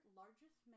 largest